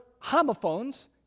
homophones